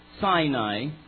Sinai